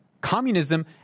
communism